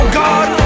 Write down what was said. god